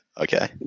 okay